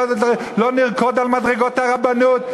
לא נרקוד על מדרגות הרבנות.